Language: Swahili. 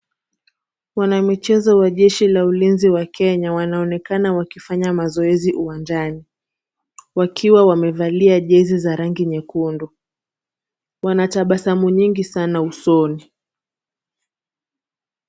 Wana michezo wa jeshi la ulinzi wa Kenya wanaonekana wakifanya mazoezi uwanjani wakiwa wamevalia jezi za rangi nyekundu. Wanatabasamu nyingi sana usoni.